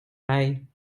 mij